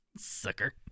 sucker